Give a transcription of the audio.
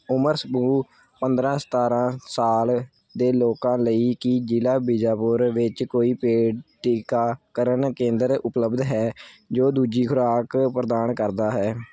ਉਮਰ ਸਮੂਹ ਪੰਦਰਾਂ ਸਤਾਰਾਂ ਸਾਲ ਦੇ ਲੋਕਾਂ ਲਈ ਕੀ ਜ਼ਿਲ੍ਹਾ ਬੀਜਾਪੁਰ ਵਿੱਚ ਕੋਈ ਪੇਡ ਟੀਕਾਕਰਨ ਕੇਂਦਰ ਉਪਲੱਬਧ ਹੈ ਜੋ ਦੂਜੀ ਖੁਰਾਕ ਪ੍ਰਦਾਨ ਕਰਦਾ ਹੈ